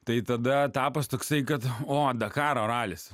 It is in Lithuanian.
tai tada etapas toksai kad o dakaro ralis